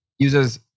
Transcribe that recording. uses